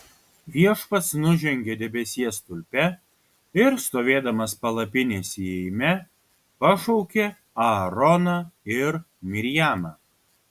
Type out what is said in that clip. viešpats nužengė debesies stulpe ir stovėdamas palapinės įėjime pašaukė aaroną ir mirjamą